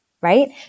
right